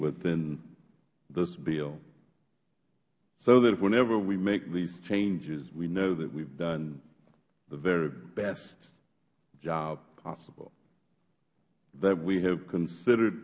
within this bill so that whenever we make these changes we know that we have done the very best job possible that we have considered